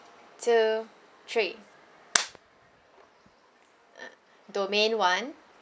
two three uh domain one